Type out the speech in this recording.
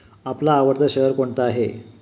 आपला आवडता शेअर कोणता आहे?